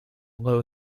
low